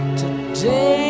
today